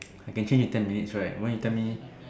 I can change in ten minutes right why need tell me